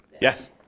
Yes